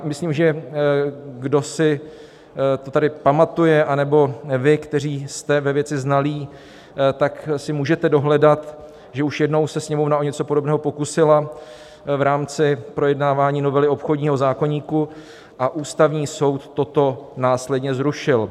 Myslím, že kdo si to tady pamatuje, anebo vy, kteří jste ve věci znalí, si můžete dohledat, že už jednou se Sněmovna o něco podobného pokusila v rámci projednávání novely obchodního zákoníku, a Ústavní soud toto následně zrušil.